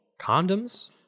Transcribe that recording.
Condoms